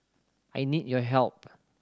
I need your help